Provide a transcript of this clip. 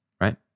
right